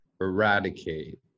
eradicate